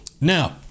Now